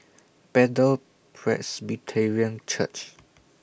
Bethel Presbyterian Church